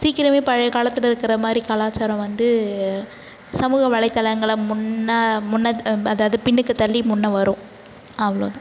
சீக்கரமே பழைய காலத்தில் இருக்கின்ற மாதிரி கலாச்சாரம் வந்து சமூக வலைத்தளங்களை முன்னே முன்னே அதாவது பின்னுக்கு தள்ளி முன்னே வரும் அவ்வளோ தான்